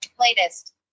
Latest